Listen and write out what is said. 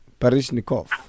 Parishnikov